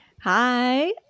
Hi